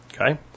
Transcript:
Okay